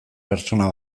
pertsona